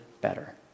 better